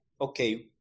okay